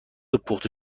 پخته